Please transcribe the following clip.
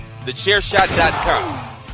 TheChairShot.com